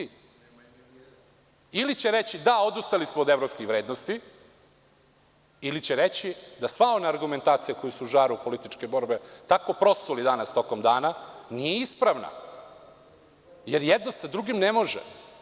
Ili će reći – da, odustali smo od evropskihvrednosti ili će reći da sva ona argumentacija koju su u žaru političke borbe tako prosuli danas tokom dana nije ispravna, jer jedno sa drugim ne može.